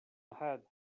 ahead